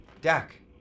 Dak